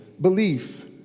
belief